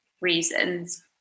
reasons